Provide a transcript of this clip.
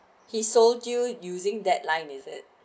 he sold you using deadline is it